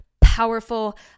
powerful